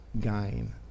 gain